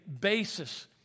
basis